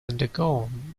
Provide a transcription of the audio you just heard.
undergone